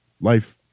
life